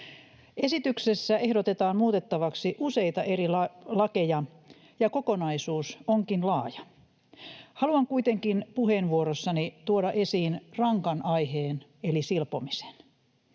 Esityksessä ehdotetaan muutettavaksi useita eri lakeja, ja kokonaisuus onkin laaja. Haluan kuitenkin puheenvuorossani tuoda esiin rankan aiheen eli silpomisen.